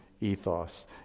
ethos